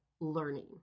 learning